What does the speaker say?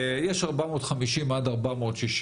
יש 450 עד 460